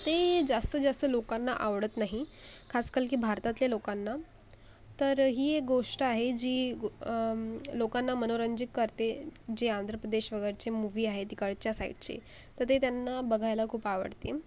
ते जास्त जास्त लोकांना आवडत नाही खास कल की भारतातल्या लोकांना तर ही एक गोष्ट आहे जी लोकांना मनोरंजित करते जे आंध्र प्रदेश वगैरेचे मूवी आहे तिकडच्या साईडचे तर ते त्यांना बघायला खूप आवडतीन